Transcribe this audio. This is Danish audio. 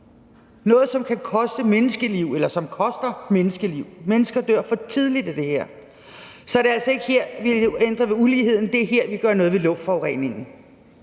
af brændeovne – noget, som koster menneskeliv; mennesker dør for tidligt af det her – så er det altså ikke her, vi ændrer ved uligheden. Det er her, vi gør noget ved luftforureningen.